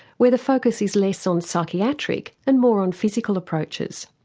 where the focus is less on psychiatric and more on physical approaches.